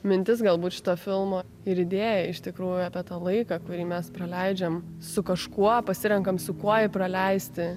mintis galbūt šito filmo ir idėja iš tikrųjų apie tą laiką kurį mes praleidžiam su kažkuo pasirenkam su kuo praleisti